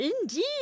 Indeed